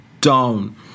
down